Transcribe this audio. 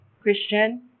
Christian